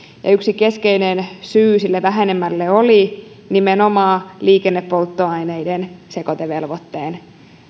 yksi keskeinen syy siihen vähenemään oli nimenomaan liikennepolttoaineiden sekoitevelvoitteen